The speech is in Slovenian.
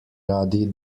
radi